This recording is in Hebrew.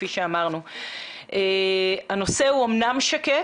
קודם כל איתור